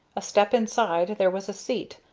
a step inside there was a seat,